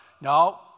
No